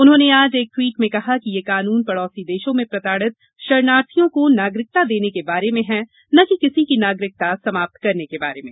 उन्होंने आज एक ट्वीट में कहा कि यह कानून पड़ोसी देशों में प्रताड़ित शरणार्थियों को नागरिकता देने के बारे में है न कि किसी की नागरिकता समाप्त करने के बारे में